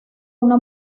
una